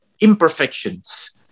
imperfections